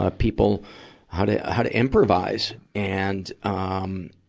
ah people how to, how to improvise and, um,